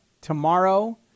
tomorrow